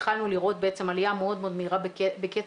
התחלנו לראות בעצם עלייה מאוד מהירה בקצב